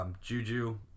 Juju